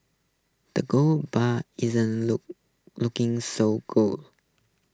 the golden isn't look looking so golden